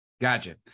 Gotcha